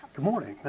good morning, but